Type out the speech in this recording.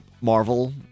Marvel